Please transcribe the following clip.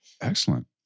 Excellent